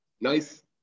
Nice